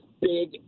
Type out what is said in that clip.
big